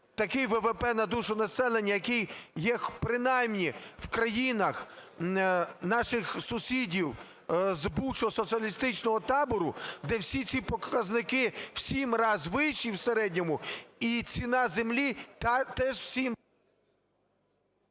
такий ВВП на душу населення, який є принаймні в країнах - наших сусідів з бувшого соціалістичного табору, де всі ці показники в 7 раз вищі в середньому і ціна землі теж…